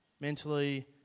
mentally